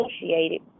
associated